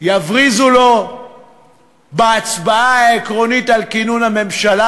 יבריזו לו בהצבעה העקרונית על כינון הממשלה?